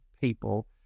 people